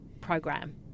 program